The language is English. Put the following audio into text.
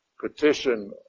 petition